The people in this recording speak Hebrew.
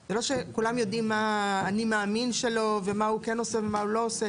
זה לא שכולם יודעים מה ה"אני מאמין" שלו ומה הוא כן עושה ומה לא.